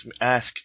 ask